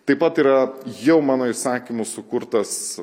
taip pat yra jau mano įsakymu sukurtas